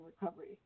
recovery